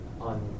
on